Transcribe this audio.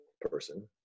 person